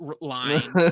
line